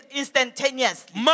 instantaneously